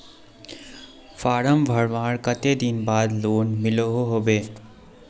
Form भरवार कते दिन बाद लोन मिलोहो होबे?